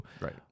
Right